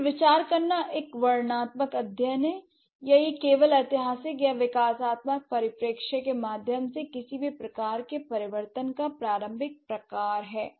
इस पर विचार करना एक वर्णनात्मक अध्ययन है या यह केवल ऐतिहासिक या विकासात्मक परिप्रेक्ष्य के माध्यम से किसी भी प्रकार के परिवर्तन का प्रारंभिक प्रकार है